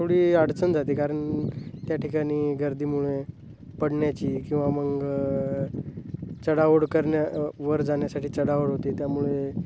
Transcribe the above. थोडी अडचण जाते कारण त्या ठिकाणी गर्दीमुळे पडण्याची किंवा मग चडाओढ करण्या वर जाण्यासाठी चढाओढ होते त्यामुळे